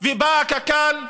ובאה קק"ל,